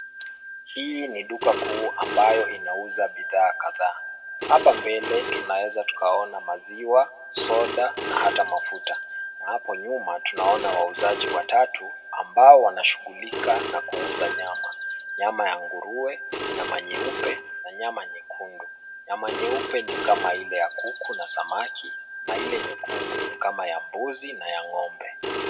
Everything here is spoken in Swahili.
Hii ni duka kuu ambayo inauza bidhaa kadhaa. Hapa mbele tunaweza tukaona maziwa, soda na hata mafuta. Na hapo nyuma tunaona wauzaji watatu ambao wanashugulika na kuuza nyama. Nyama ya nguruwe, nyama nyeupe na nyama nyekundu. Nyama nyeupe ni kama ile ya kuku na samaki na ile nyekundu ni kama ya mbuzi na ng'ombe.